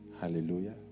Hallelujah